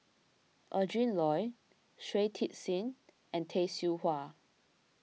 Adrin Loi Shui Tit Sing and Tay Seow Huah